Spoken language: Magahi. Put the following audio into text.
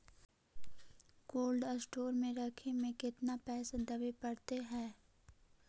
कोल्ड स्टोर में रखे में केतना पैसा देवे पड़तै है?